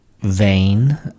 vain